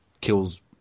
Kills